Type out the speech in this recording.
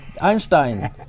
Einstein